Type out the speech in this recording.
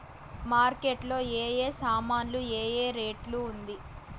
Market లో ఏ ఏ సామాన్లు ఏ ఏ రేటు ఉంది?